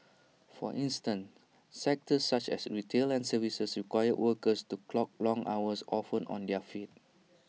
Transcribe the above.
for instance sectors such as retail and services require workers to clock long hours often on their feet